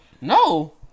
No